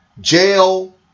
jail